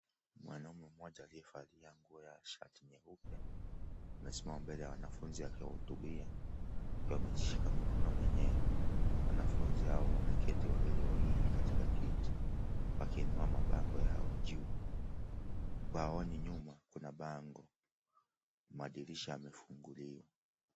Mwanaume mmoja aliyevalia nguo ya shati nyeupe, amesimama mbele ya wanafunzi akiwahutubia, akiwa amejishika mikono mwenyewe. Wanafunzi wameketi wawili wawili katika kiti wakiinua mabango yao juu. Baoni nyuma kuna bango, madirisha yamefunguliwa.